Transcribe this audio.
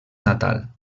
natal